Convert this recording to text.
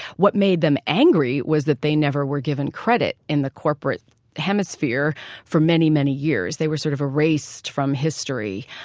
what made them angry was that they never were given credit in the corporate hemisphere for many, many years. they were sort of erased from history.